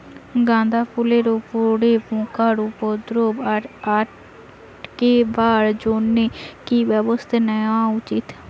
গাঁদা ফুলের উপরে পোকার উপদ্রব আটকেবার জইন্যে কি ব্যবস্থা নেওয়া উচিৎ?